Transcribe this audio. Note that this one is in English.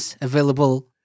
available